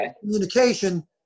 communication